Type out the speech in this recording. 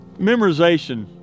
Memorization